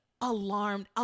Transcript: alarmed